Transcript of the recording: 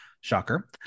Shocker